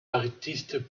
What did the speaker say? artistes